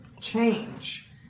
change